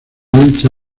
ancha